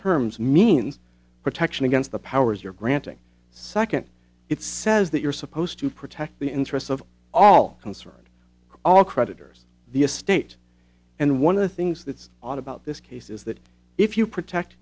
terms means protection against the powers you're granting second it says that you're supposed to protect the interests of all concerned all creditors the estate and one of the things that's odd about this case is that if you protect